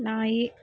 ನಾಯಿ